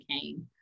came